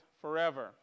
forever